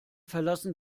verlassen